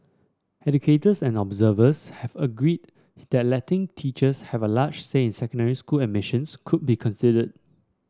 educators and observers have agreed that letting teachers have a larger say in secondary school admissions could be considered